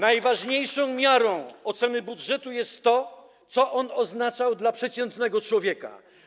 Najważniejszą miarą oceny budżetu jest to, co on oznaczał dla przeciętnego człowieka.